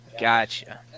Gotcha